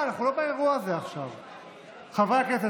חברי הכנסת,